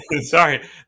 Sorry